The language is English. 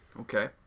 okay